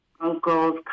uncles